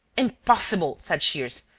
impossible! said shears.